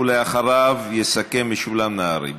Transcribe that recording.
אחריו יסכם משולם נהרי.